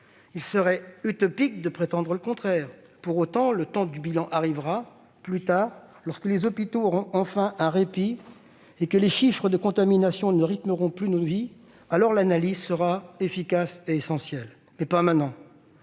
il serait utopique de prétendre le contraire. Pour autant, le temps du bilan arrivera, mais plus tard, lorsque les hôpitaux auront enfin un répit et que les chiffres de la contamination ne rythmeront plus nos vies. Alors, l'analyse sera efficace et essentielle, mais pas maintenant.